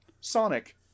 Sonic